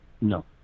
No